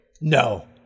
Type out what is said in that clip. No